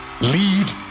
lead